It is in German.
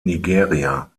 nigeria